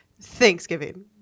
Thanksgiving